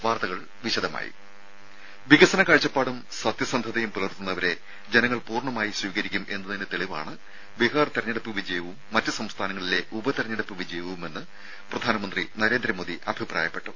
വാർത്തകൾ വിശദമായി വികസന കാഴ്ചപ്പാടും സത്യസന്ധതയും പുലർത്തുന്നവരെ ജനങ്ങൾ പൂർണ്ണമായി സ്വീകരിക്കും എന്നതിന്റെ തെളിവാണ് ബീഹാർ തെരഞ്ഞെടുപ്പ് വിജയവും മറ്റ് സംസ്ഥാനങ്ങളിലെ ഉപ തെരഞ്ഞെടുപ്പ് വിജയവുമെന്ന് പ്രധാനമന്ത്രി നരേന്ദ്രമോദി അഭിപ്രായപ്പെട്ടു